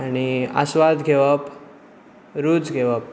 आनी आस्वाद घेवप रूच घेवप